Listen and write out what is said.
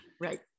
Right